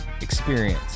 experience